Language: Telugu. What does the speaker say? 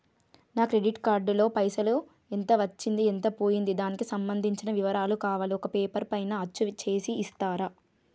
నా క్రెడిట్ కార్డు లో పైసలు ఎంత వచ్చింది ఎంత పోయింది దానికి సంబంధించిన వివరాలు కావాలి ఒక పేపర్ పైన అచ్చు చేసి ఇస్తరా?